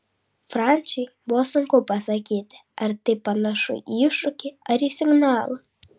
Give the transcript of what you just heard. franciui buvo sunku pasakyti ar tai panašu į iššūkį ar į signalą